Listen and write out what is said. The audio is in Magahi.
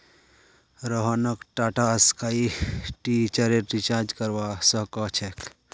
रोहनक टाटास्काई डीटीएचेर रिचार्ज करवा व स छेक